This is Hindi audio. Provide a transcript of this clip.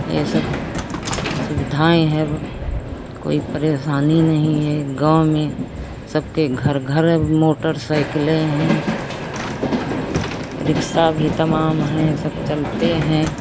यह सब सुविधाएँ हैं अब कोई परेशानी नहीं है गाँव में सबके घर घर अब मोटर साइकिलें हैं रक्सा भी तमाम हैं सब चलते हैं